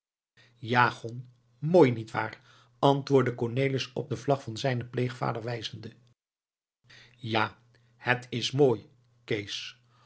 ja gon mooi nietwaar antwoordde cornelis op de vlag van zijnen pleegvader wijzende ja het is mooi kees